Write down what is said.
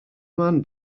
man